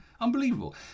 Unbelievable